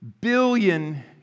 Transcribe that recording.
billion